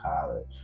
College